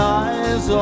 eyes